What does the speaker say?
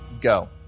go